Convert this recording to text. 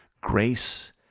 Grace